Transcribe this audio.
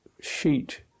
sheet